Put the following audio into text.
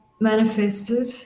manifested